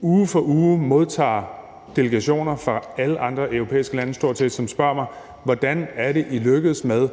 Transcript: uge for uge modtager delegationer fra stort set alle andre europæiske lande, som spørger mig, hvordan vi er lykkedes med